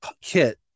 Kit